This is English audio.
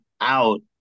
out